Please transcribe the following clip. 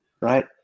right